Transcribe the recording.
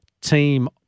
team